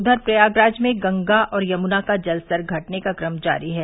उधर प्रयागराज में गंगा और यमुना का जलस्तर घटने का क्रम जारी है